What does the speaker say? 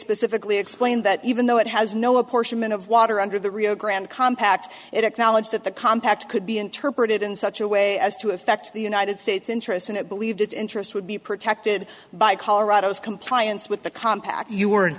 specifically explained that even though it has no apportionment of water under the rio grande compact it acknowledged that the compact could be interpreted in such a way as to affect the united states interests and it believed its interests would be protected by colorado's compliance with the compact you weren't